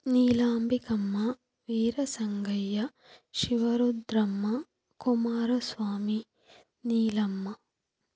Neelambikamma Veerasangayya Shivarudramma Kumaraswamy Neelamma